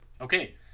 okay